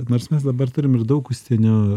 nors mes dabar turim ir daug užsienio